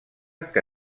que